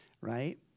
right